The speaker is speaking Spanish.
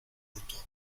bruto